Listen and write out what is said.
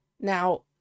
Now